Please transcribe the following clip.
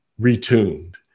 retuned